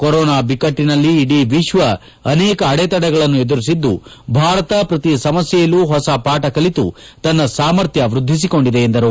corona ಬಿಕ್ಕಟ್ಟನಲ್ಲಿ ಇಡೀ ವಿಶ್ವ ಅನೇಕ ಅಡೆತಡೆಗಳನ್ನು ಎದುರಿಸಿದ್ದು ಭಾರತ ಪ್ರತಿ ಸಮಸ್ವೆಯಲ್ಲೂ ಹೊಸ ಪಾಠ ಕಲಿತು ತನ್ನ ಸಾಮರ್ಥ್ವ ವೃದ್ದಿಸಿಕೊಂಡಿದೆ ಎಂದರು